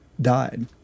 died